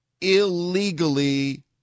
illegally